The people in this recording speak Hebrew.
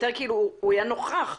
הוא יהיה נוכח.